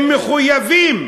הם מחויבים,